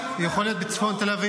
אולי בצפון תל אביב.